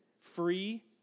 free